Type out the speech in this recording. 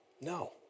No